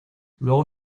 luego